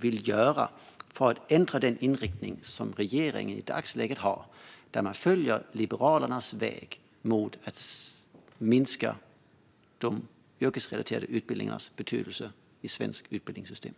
vill göra för att ändra den inriktning som regeringen i dagsläget har, där man följer Liberalernas väg mot att minska de yrkesrelaterade utbildningarnas betydelse i det svenska utbildningssystemet.